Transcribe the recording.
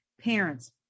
parents